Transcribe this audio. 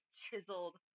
chiseled